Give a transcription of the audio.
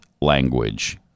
language